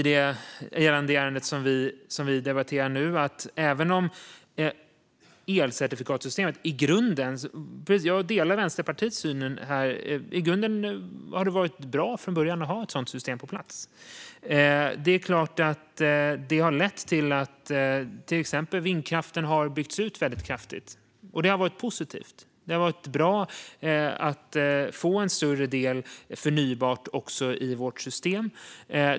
Det ärende vi debatterar nu handlar om att elcertifikatssystemet i grunden har varit bra att ha på plats. Jag delar Vänsterpartiets syn på den punkten. Det har lett till att vindkraften har byggts ut kraftigt, och det har varit positivt. Det har varit bra att få en större del förnybart också i vårt system.